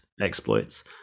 exploits